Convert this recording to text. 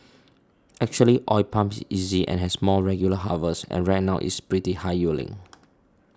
actually oil palm is easy and has more regular harvests and right now it's pretty high yielding